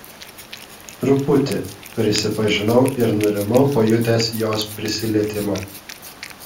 truputį prisipažinau ir nurimau pajutęs jos prisilietimą